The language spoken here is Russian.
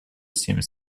всеми